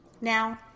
now